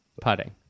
putting